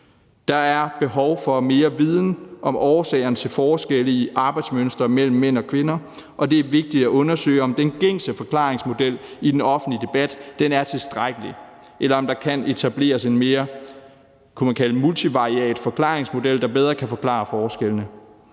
Der er behov for mere viden om årsagerne til forskelle i arbejdsmønstre mellem mænd og kvinder, og det er vigtigt at undersøge, om den gængse forklaringsmodel i den offentlige debat er tilstrækkelig, eller om der kan etableres en mere multivariat forklaringsmodel, kunne man kalde det, der bedre kan forklare forskellene.